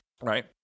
right